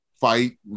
fight